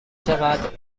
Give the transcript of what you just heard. چقدر